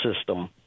system